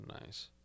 nice